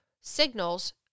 signals